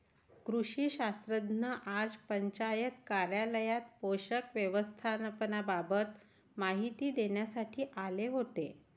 कृषी शास्त्रज्ञ आज पंचायत कार्यालयात पोषक व्यवस्थापनाबाबत माहिती देण्यासाठी आले होते